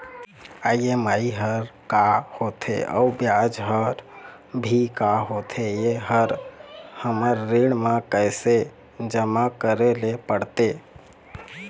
EMI हर का होथे अऊ ब्याज हर भी का होथे ये हर हमर ऋण मा कैसे जमा करे ले पड़ते?